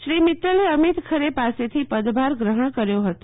શ્રી મિત્તલે અમીત ખરે પાસેથી પદભાર ગ્રહણ કર્યો હતો